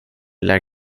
lär